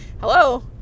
Hello